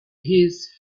his